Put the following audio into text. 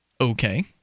Okay